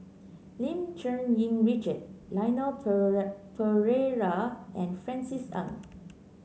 Lim Cherng Yih Richard Leon Perera and Francis Ng